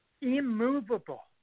immovable